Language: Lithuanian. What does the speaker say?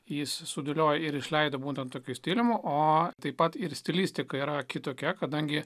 jis sudėliojo ir išleido būtent tokiu stilium o taip pat ir stilistika yra kitokia kadangi